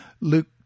Luke